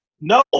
No